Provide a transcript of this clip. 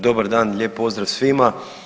Dobar dan, lijepo pozdrav svima.